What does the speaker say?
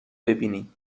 ببینی